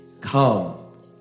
Come